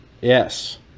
Yes